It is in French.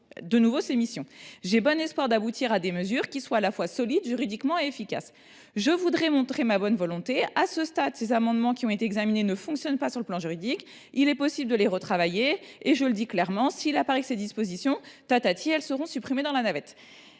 parlementaires… « J’ai bon espoir d’aboutir à des mesures qui soient à la fois solides juridiquement et efficaces. […] Je voudrais montrer ma bonne volonté. À ce stade, ces amendements, qui ont été examinés, ne fonctionnent pas sur le plan juridique. Il est possible de les retravailler, mais, je le dis clairement, s’il apparaît que ces dispositions sont manifestement inconstitutionnelles, elles seront supprimées dans la navette.